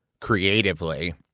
creatively